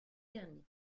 dernier